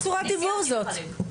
איזה צורת דיבור זאת?